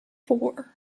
four